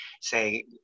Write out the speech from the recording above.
say